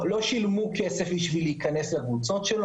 לא שילמו כסף בשביל להיכנס לקבוצות שלו,